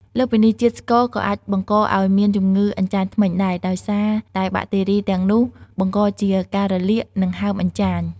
លើសពីនេះ ជាតិស្ករក៏អាចបង្កឱ្យមានជំងឺអញ្ចាញធ្មេញដែរ ដោយសារតែបាក់តេរីទាំងនោះបង្កជាការរលាក និងហើមអញ្ចាញ។